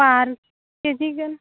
ᱵᱟᱨ ᱠᱤᱡᱤ ᱜᱟᱱ